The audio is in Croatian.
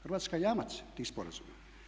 Hrvatska je jamac tih sporazuma.